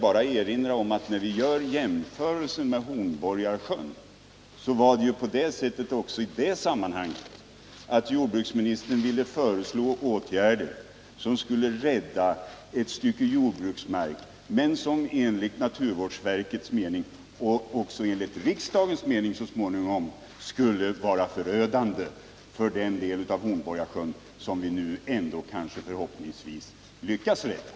Även när det gällde Hornborgasjön var det nämligen på det sättet att jordbruksministern föreslog åtgärder som enligt hans mening skulle rädda ett stycke jordbruksmark men som enligt naturvårdsverkets och så småningom även enligt riksdagens mening skulle vara förödande för den del av Hornborgasjön som vi förhoppningsvis ändå lyckas rädda genom det beslut som riksdagen fattade.